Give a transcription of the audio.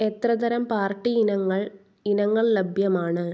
എത്ര തരം പാർട്ടി ഇനങ്ങൾ ഇനങ്ങൾ ലഭ്യമാണ്